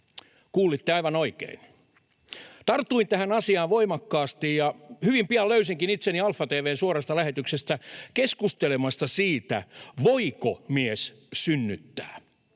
Kuulitte aivan oikein. Tartuin tähän asiaan voimakkaasti ja hyvin pian löysinkin itseni AlfaTV:n suorasta lähetyksestä keskustelemassa siitä, voiko mies synnyttää.